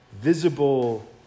visible